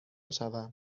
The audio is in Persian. شوم